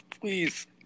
Please